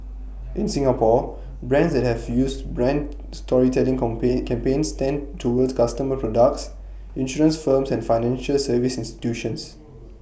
in Singapore brands that have used brand storytelling complain campaigns tend towards costumer products insurance firms and financial service institutions